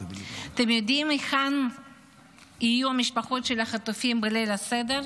אתם יודעים היכן יהיו המשפחות של החטופים בליל הסדר?